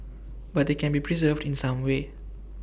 but they can be preserved in some way